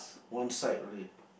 one side only